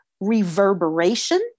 reverberation